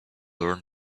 learn